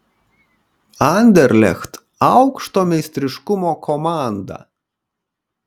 anderlecht aukšto meistriškumo komanda